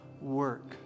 work